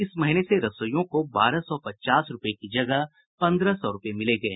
इस महीने से रसोईयों को बारह सौ पचास रूपये की जगह पंद्रह सौ रूपये मिलेंगे